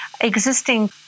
existing